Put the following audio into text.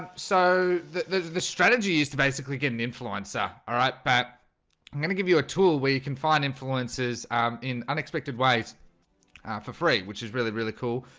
so the the strategy is to basically get an influencer all right, but i'm gonna give you a tool where you can find influencers in unexpected ways for free which is really really cool.